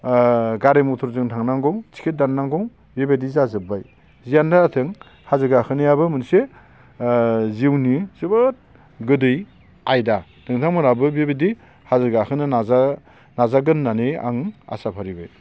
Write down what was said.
ओ गारि मथरजों थांनांगौ टिकेट दाननांगौ बिबादि जाजोब्बाय जियानो जाथों हाजो गाखोनायाबो मोनसे जिउनि जोबोद गोदै आयदा नोंथांमोनाबो बेबायदि हाजो गाखोनो नाजागोन होननानै आं आसा फारिबाय